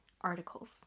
articles